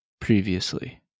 previously